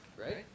right